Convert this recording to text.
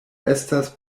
estas